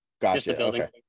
Gotcha